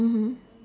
mmhmm